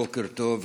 בוקר טוב,